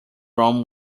rome